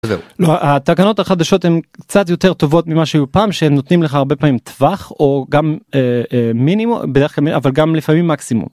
זהו. התקנות החדשות הם קצת יותר טובות ממה שהיו פעם שנותנים לך הרבה פעמים טווח או גם אהה...אה.. מינימום בדרך כלל מינימו.. אבל גם לפעמים מקסימום.